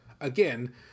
again